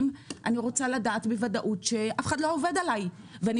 אני רוצה לדעת בוודאות שאף אחד לא עובד עליי ואני